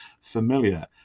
familiar